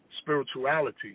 spirituality